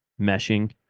meshing